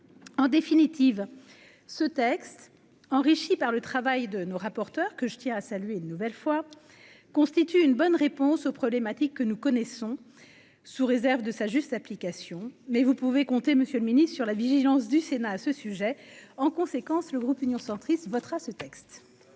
en définitive ce texte enrichi par le travail de nos rapporteurs que je tiens à saluer une nouvelle fois, constitue une bonne réponse aux problématiques que nous connaissons sous réserve de sa juste application mais vous pouvez compter Monsieur le Ministre, sur la vigilance du Sénat à ce sujet en conséquence le groupe Union centriste votera ce texte.